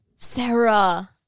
Sarah